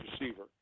receiver